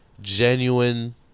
genuine